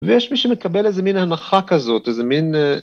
ויש מי שמקבל איזה מין הנחה כזאת, איזה מין...